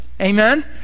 amen